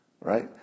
right